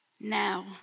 Now